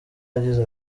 yagize